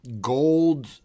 gold